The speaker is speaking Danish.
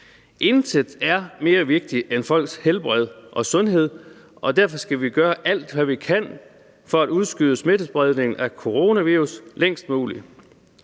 Intet er mere vigtigt end folks helbred og sundhed, og derfor skal vi gøre alt, hvad vi kan, for at udskyde smittespredning af coronavirus længst muligt.